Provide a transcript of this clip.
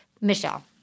Michelle